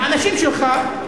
האנשים שלך,